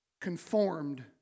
conformed